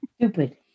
stupid